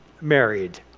married